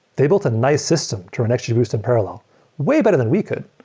they built a nice system to an extra boost of parallel way better than we could.